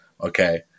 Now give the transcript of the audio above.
okay